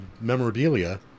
memorabilia